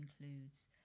includes